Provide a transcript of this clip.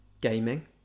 gaming